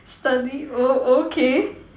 study oh okay